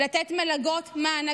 תתבייש לך.